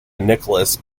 nicholas